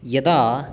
यदा